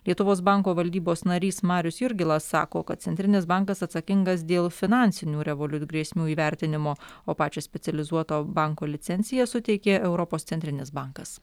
lietuvos banko valdybos narys marius jurgilas sako kad centrinis bankas atsakingas dėl finansinių revoliut grėsmių įvertinimo o pačio specializuoto banko licenciją suteikė europos centrinis bankas